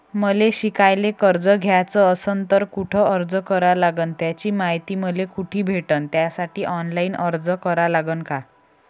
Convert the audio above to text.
मले शिकायले कर्ज घ्याच असन तर कुठ अर्ज करा लागन त्याची मायती मले कुठी भेटन त्यासाठी ऑनलाईन अर्ज करा लागन का?